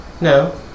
No